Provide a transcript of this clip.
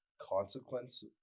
consequence